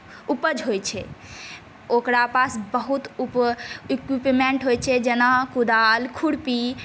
उपज होइ छै ओकरा पास बहुत उप इक्विपमेन्ट होइ छै जेना कुदाल खुरपी